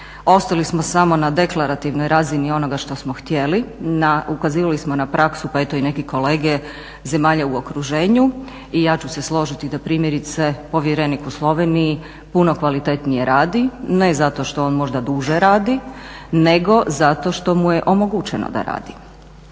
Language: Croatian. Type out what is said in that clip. Ostali smo samo na deklarativnoj razini onoga što smo htjeli, ukazivali smo na praksu pa eto i neki kolege zemalja u okruženju. I ja ću se složiti da primjerice povjerenik u Sloveniji puno kvalitetnije radi ne zato što on možda duže radi, nego zato što mu je omogućeno da radi.